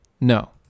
No